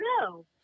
No